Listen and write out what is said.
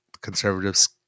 conservatives